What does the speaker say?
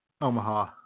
Omaha